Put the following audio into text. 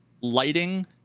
lighting